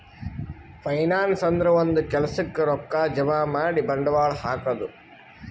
finance ಅಂದ್ರ ಒಂದ್ ಕೆಲ್ಸಕ್ಕ್ ರೊಕ್ಕಾ ಜಮಾ ಮಾಡಿ ಬಂಡವಾಳ್ ಹಾಕದು